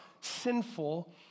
sinful